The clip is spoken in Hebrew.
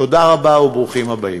תודה רבה וברוכים הבאים.